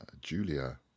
Julia